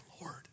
Lord